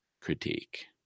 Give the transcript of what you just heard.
critique